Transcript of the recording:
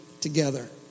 together